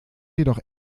jedoch